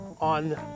on